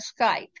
Skype